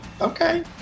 Okay